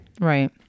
right